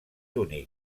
únic